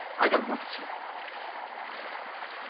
i don't want to see you i understand